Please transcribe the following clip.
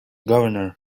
governor